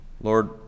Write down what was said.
Lord